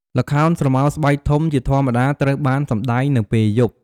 ល្ខោនស្រមោលស្បែកធំ ជាធម្មតាត្រូវបានសម្តែងនៅពេលយប់។